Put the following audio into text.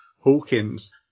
Hawkins